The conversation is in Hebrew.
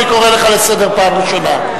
אני קורא אותך לסדר בפעם הראשונה.